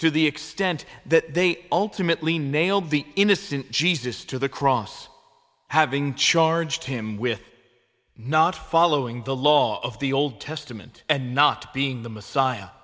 to the extent that they ultimately nailed the innocent jesus to the cross having charged him with not following the law of the old testament and not being the messiah